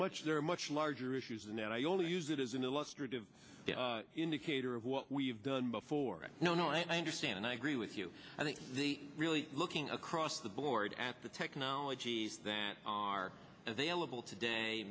much there are much larger issues and i only use it as an illustrative indicator of what we've done before and no no i understand i agree with you i think they really looking across the board at the technologies that are available today